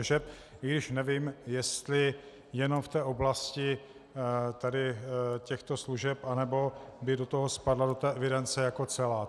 I když nevím, jestli jenom v té oblasti tady těchto služeb, nebo by spadla do té evidence jako celá.